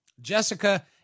Jessica